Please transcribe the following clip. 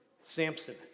Samson